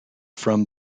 from